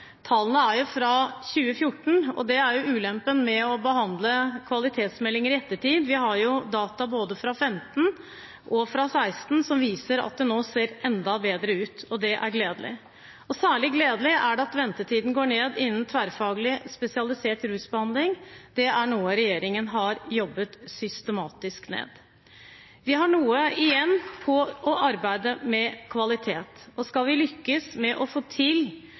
Tallene er fra 2014, og det er ulempen med å behandle kvalitetsmeldinger i ettertid. Vi har data både fra 2015 og fra 2016 som viser at det nå ser enda bedre ut, og det er gledelig. Særlig gledelig er det at ventetiden går ned innen tverrfaglig spesialisert rusbehandling. Det er noe regjeringen har jobbet systematisk med. Vi har noe igjen i arbeidet med kvalitet, og skal vi lykkes med å få til